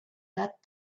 that